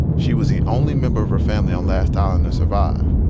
she was the only member of her family on last island to survive.